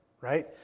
right